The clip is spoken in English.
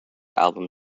album